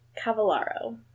Cavallaro